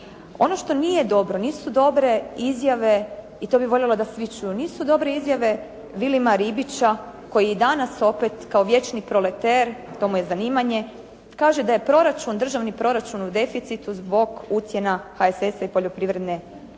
Ono što nije dobro, nisu dobre izjave i to bih voljela da svi čuju. Nisu dobre izjave Vilima Ribića koji danas opet kao vječni proleter, to mu je zanimanje, kaže da je državni proračun u deficitu zbog ucjena HSS-a i poljoprivredne reforme.